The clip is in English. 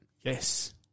Yes